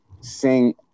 sing